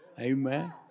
Amen